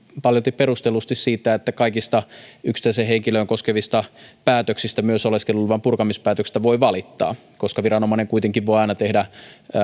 paljolti perustellusti siitä että kaikista yksittäistä henkilöä koskevista päätöksistä myös oleskeluluvan purkamispäätöksistä voi valittaa koska viranomainen kuitenkin voi aina myös tehdä